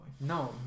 No